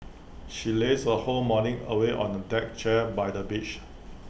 she lazed her whole morning away on A deck chair by the beach